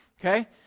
okay